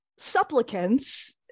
supplicants